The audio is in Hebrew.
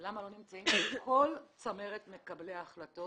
למה לא נמצאים פה כל צמרת מקבלי ההחלטות,